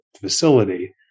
facility